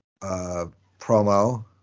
promo